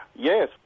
Yes